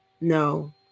no